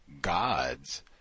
gods